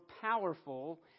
powerful